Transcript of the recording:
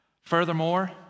Furthermore